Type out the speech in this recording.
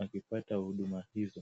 akipata huduma hizo.